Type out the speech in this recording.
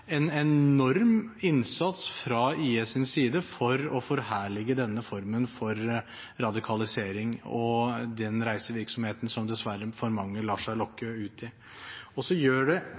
en enorm innsats fra IS’ side for å forherlige denne formen for radikalisering og den reisevirksomheten som dessverre for mange lar seg lokke ut i. Og det gjør det